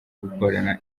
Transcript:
gukorana